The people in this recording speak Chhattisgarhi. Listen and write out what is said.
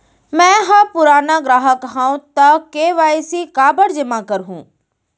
मैं ह पुराना ग्राहक हव त के.वाई.सी काबर जेमा करहुं?